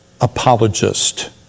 apologist